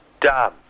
done